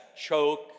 choke